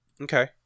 okay